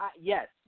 yes